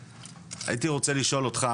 הייתי רוצה לשאול אותך,